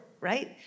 right